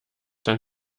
dann